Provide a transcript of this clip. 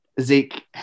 Zeke